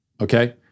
okay